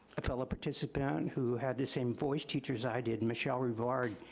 a fellow participant who had the same voice teachers i did, michelle rivard,